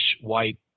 white